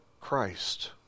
Christ